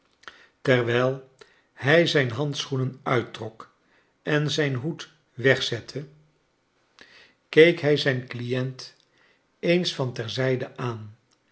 terwijl hij zijn handschoenen uittrok en zijn hoed weg zette keek hij zijn client eens van ter zijde aan